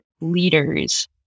leaders